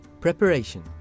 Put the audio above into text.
Preparation